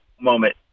moment